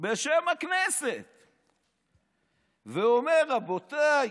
בשם הכנסת ואומר: רבותיי,